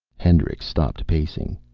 hendricks stopped pacing.